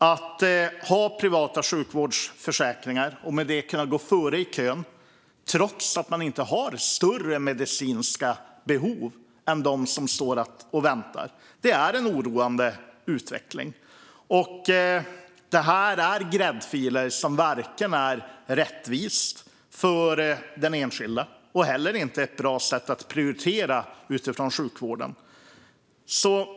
Att man kan ha privata sjukvårdsförsäkringar och därmed kunna gå före i kön trots att man inte har större medicinska behov än de som står och väntar är en oroande utveckling. Det är gräddfiler som varken är rättvisa för den enskilda eller ett bra sätt att prioritera sjukvården.